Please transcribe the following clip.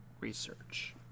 research